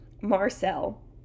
marcel